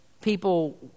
people